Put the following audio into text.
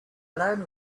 alone